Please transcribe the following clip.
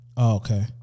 Okay